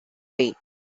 way